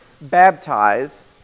baptize